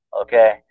Okay